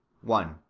one